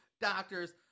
doctors